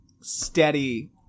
steady